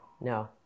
no